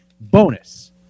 bonus